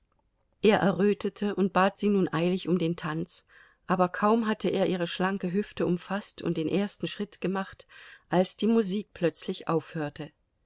er errötete und bat sie nun eilig um den tanz aber kaum hatte er ihre schlanke hüfte umfaßt und den ersten schritt gemacht als die musik plötzlich aufhörte